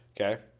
okay